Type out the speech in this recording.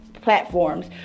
platforms